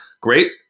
Great